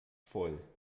voll